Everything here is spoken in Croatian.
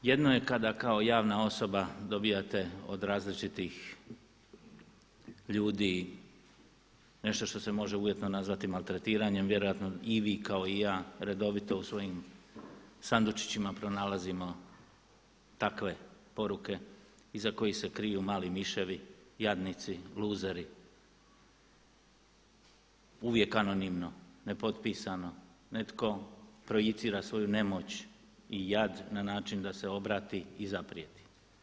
Jedno je kada kao javna osoba dobivate od različitih ljudi nešto što se može uvjetno nazvati maltretiranje, vjerojatno i vi kao i ja redovito u svojim sandučićima pronalazite takve poruke iza kojih se kriju mali miševi, jadnici, luzeri uvijek anonimno, nepotpisano, netko projicira svoju nemoć i jad na način da se obrati i zaprijeti.